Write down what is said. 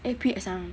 eh preassigned